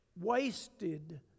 wasted